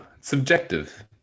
Subjective